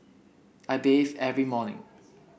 I bathe every morning